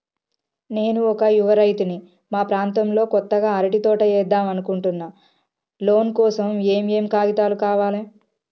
నేను ఒక యువ రైతుని మా ప్రాంతంలో కొత్తగా అరటి తోట ఏద్దం అనుకుంటున్నా లోన్ కోసం ఏం ఏం కాగితాలు కావాలే?